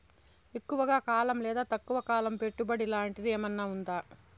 ఎక్కువగా కాలం లేదా తక్కువ కాలం పెట్టుబడి లాంటిది ఏమన్నా ఉందా